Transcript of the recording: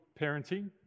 parenting